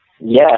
Yes